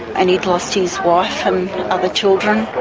and he'd lost his wife and other children.